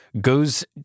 goes